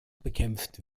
bekämpft